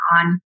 on